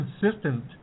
consistent